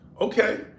Okay